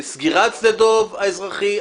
סגירת שדה דב האזרחי,